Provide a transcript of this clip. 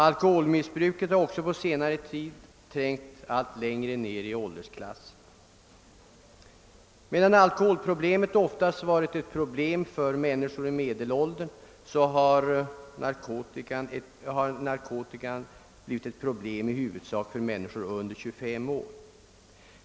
Alkoholmissbruket har också på senare tid trängt allt längre ned i åldersklasserna. Medan alkoholen oftast varit ett problem för människor i medelåldern har narkotikabruket blivit ett problem i huvudsak för människor under 25 år.